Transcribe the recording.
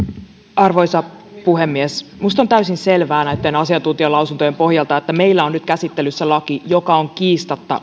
arvoisa puhemies minusta on täysin selvää näitten asiantuntijalausuntojen pohjalta että meillä on nyt käsittelyssä laki joka on kiistatta